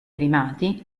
primati